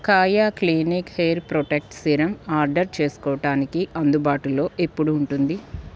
కాయా clinic hair protect serum order చేసుకోటానికి అందుబాటులో ఎప్పుడు ఉంటుంది